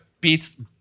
beats